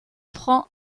prend